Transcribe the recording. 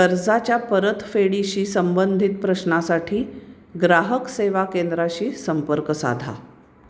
कर्जाच्या परतफेडीशी संबंधित प्रश्नासाठी ग्राहक सेवा केंद्राशी संपर्क साधा